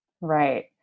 Right